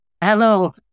Hello